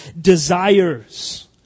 desires